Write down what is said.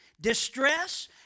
distress